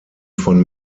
von